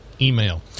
email